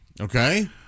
Okay